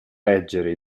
leggere